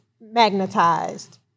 magnetized